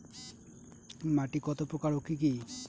মাটি কত প্রকার ও কি কি?